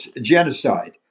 genocide